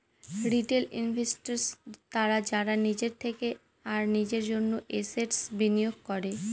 retail investors তারা যারা নিজের থেকে আর নিজের জন্য এসেটস বিনিয়োগ করে